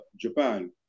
Japan